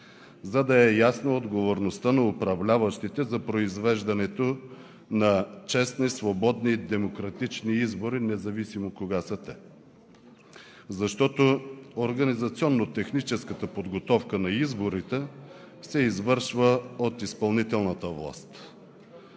за да е ясна отговорността на управляващите за произвеждането на честни, свободни и демократични избори, независимо кога са те. Защото организационно-техническата подготовка на изборите се извършва от изпълнителната власт.